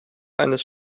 eines